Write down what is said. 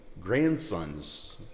grandsons